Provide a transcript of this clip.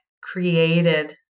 created